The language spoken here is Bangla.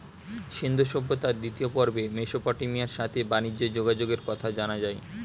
সিন্ধু সভ্যতার দ্বিতীয় পর্বে মেসোপটেমিয়ার সাথে বানিজ্যে যোগাযোগের কথা জানা যায়